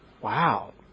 wow